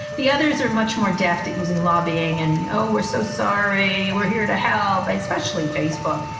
the others are much more deft at using lobbying and. oh, we're so sorry. we're here to help. but especially facebook,